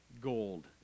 gold